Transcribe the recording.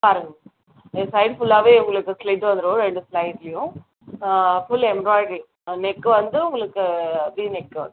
பாருங்கள் மேம் இந்த சைடு ஃபுல்லாகவே உங்களுக்கு ஸ்லிட் வந்திரும் ரெண்டு சைட்லேயும் ஃபுல் எம்ப்ராய்ட்ரி நெக் வந்து உங்களுக்கு வி நெக்கு